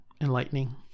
enlightening